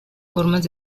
formas